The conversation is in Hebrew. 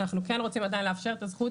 אנחנו כן עדיין רוצים לאפשר את הזכות